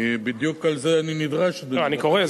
אני, בדיוק על זה אני נדרש, אדוני, לא, אני קורא.